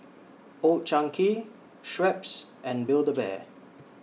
Old Chang Kee Schweppes and Build A Bear